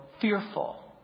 fearful